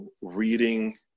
Reading